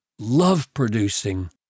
love-producing